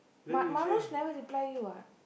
Ma~ Manoj never reply you what